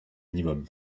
minimum